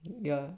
yeah